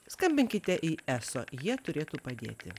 skambinkite į eso jie turėtų padėti